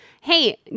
Hey